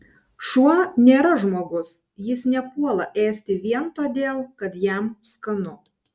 šuo nėra žmogus jis nepuola ėsti vien todėl kad jam skanu